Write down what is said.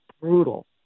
brutal